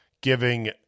giving